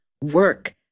work